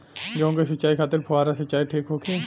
गेहूँ के सिंचाई खातिर फुहारा सिंचाई ठीक होखि?